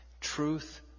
Truth